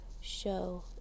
show